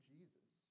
Jesus